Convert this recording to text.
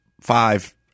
five